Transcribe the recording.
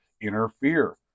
interfere